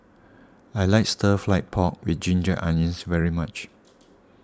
I like Stir Fry Pork with Ginger Onions very much